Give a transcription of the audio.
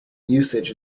usage